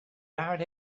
married